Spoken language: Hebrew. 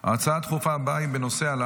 ההצעה הדחופה הבאה היא בנושא: העלאת